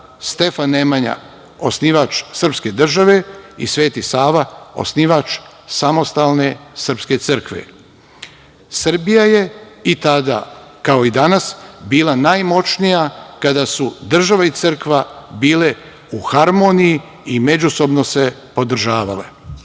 Stefan Nemanja, osnivač srpske države i Sveti Sava, osnivač samostalne srpske crkve. Srbija je i tada, kao i danas, bila najmoćnija kada su država i crkva bile u harmoniji i međusobno se podržavale.Za